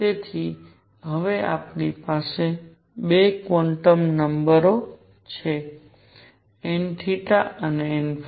તેથી હવે આપણી પાસે 2 ક્વોન્ટમ નંબરો છે n અને n